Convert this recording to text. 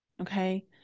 Okay